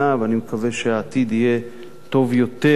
ואני מקווה שהעתיד יהיה טוב יותר.